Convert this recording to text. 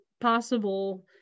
possible